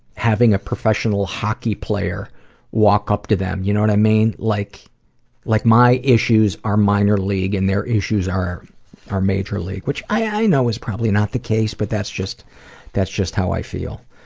having a professional hockey player walk up to them, you know what and i mean? like like my issues are minor-league and their issues are are major-league, which i know is probably not the case but that's just that's just how i feel.